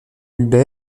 hubei